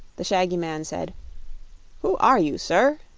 the shaggy man said who are you, sir?